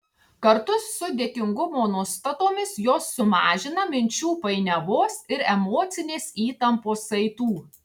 kartu su dėkingumo nuostatomis jos sumažina minčių painiavos ir emocinės įtampos saitų